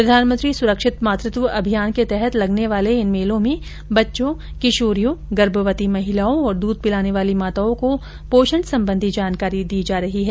प्रधानमंत्री सुरक्षित मातृत्व अभियान के तहत लगने वाले इन मेलों में बच्चों किशोरियों गर्भवती महिलाओं और दूध पिलाने वाली माताओं को पोषण संबंधी जानकारी दी जा रही है